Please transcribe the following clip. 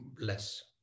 less